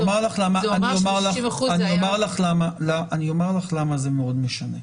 אני אומר לך זה מאוד משנה.